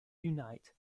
unite